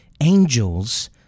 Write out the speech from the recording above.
angels